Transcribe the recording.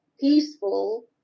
peaceful